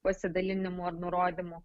pasidalinimų ar nurodymų